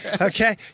Okay